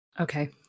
Okay